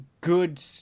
good